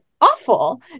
awful